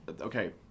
okay